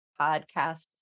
podcast